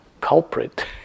culprit